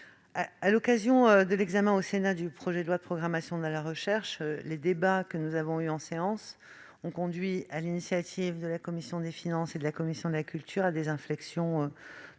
Lors de l'examen, au Sénat, du projet de loi de programmation de la recherche, les débats que nous avons eus en séance ont conduit, sur l'initiative des commissions des finances et de la culture, à des inflexions de